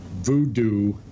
voodoo